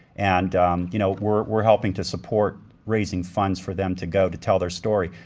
and um you know we're we're helping to support raising funds for them to go to tell their story,